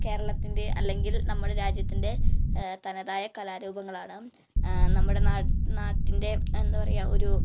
കേരളത്തിന്റെ അല്ലെങ്കില് നമ്മുടെ രാജ്യത്തിന്റെ തനതായ കലാരൂപങ്ങളാണ് നമ്മുടെ നാടി നാടിന്റെ എന്താ പറയുക ഒരു